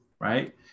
right